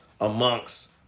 amongst